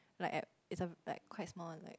like at it's a like quite small like